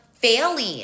failing